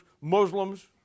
Muslims